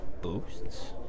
Boosts